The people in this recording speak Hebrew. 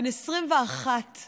בן 21 מארגנטינה,